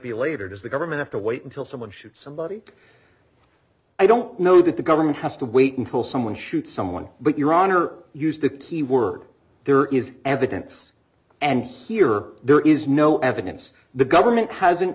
be later does the government have to wait until someone shoot somebody i don't know that the government has to wait until someone shoots someone but your honor used a key word there is evidence and here there is no evidence the government hasn't